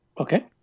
Okay